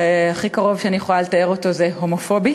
שהכי קרוב שאני יכולה לתאר אותו זה "הומופובי",